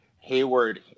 Hayward